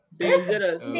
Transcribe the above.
dangerous